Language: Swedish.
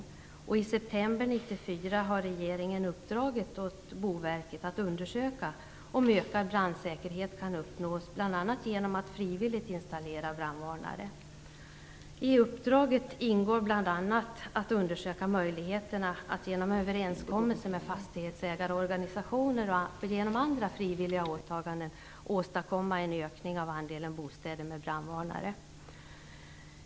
I september 1994 har regeringen uppdragit åt Boverket att undersöka om ökad brandsäkerhet kan uppnås bl.a. genom frivillig installation av brandvarnare. I uppdraget ingår bl.a. att undersöka möjligheterna att genom överenskommelser med fastighetsägarorganisationer och genom andra frivilliga åtaganden åstadkomma en ökning av andelen bostäder med brandvarnare.